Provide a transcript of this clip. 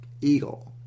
Eagle